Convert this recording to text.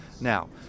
Now